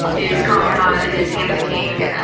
his confidante, his hand of the king,